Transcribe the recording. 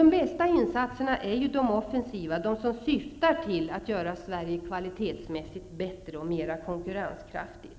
De bästa insatserna är de offensiva insatserna, de som syftar till att göra Sverige kvalitetsmässigt bättre och mer konkurrenskraftigt.